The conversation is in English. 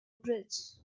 bridge